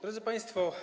Drodzy Państwo!